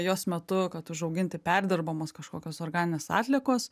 jos metu kad užauginti perdirbamos kažkokios organinės atliekos